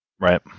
Right